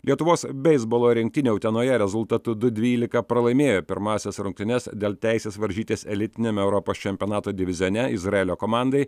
lietuvos beisbolo rinktinė utenoje rezultatu du dvylika pralaimėjo pirmąsias rungtynes dėl teisės varžytis elitiniame europos čempionato divizione izraelio komandai